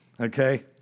okay